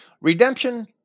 Redemption